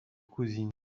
cousine